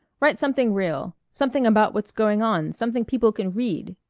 write something real, something about what's going on, something people can read.